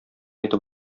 итеп